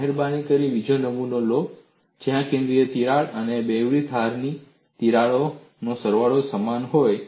મહેરબાની કરીને બીજો નમૂનો લો જ્યા કેન્દ્રની તિરાડ અને બેવડી ધારની તિરાડોનો સરવાળો સમાન હોય